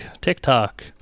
TikTok